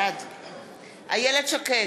בעד איילת שקד,